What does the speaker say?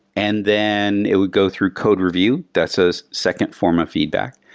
and then it would go through code review. that's a second form of feedback.